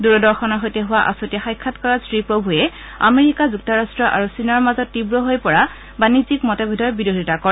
দূৰদৰ্শনৰ সৈতে হোৱা আচুতীয়া সাক্ষাৎকাৰত শ্ৰী প্ৰভূৱে আমেৰিকা যুক্তৰাট্ট আৰু চীনৰ মাজত তীৱ হৈ পৰা বাণিজ্যিক মতভেদৰ বিৰোধিতা কৰে